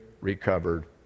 recovered